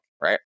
right